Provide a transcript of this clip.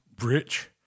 rich